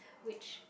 which